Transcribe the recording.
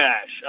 cash